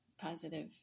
positive